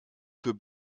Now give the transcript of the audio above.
für